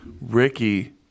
Ricky